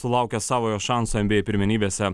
sulaukė savojo šanso nba pirmenybėse